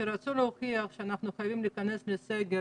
כשרצו להוכיח שאנחנו חייבים להיכנס לסגר